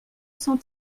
cent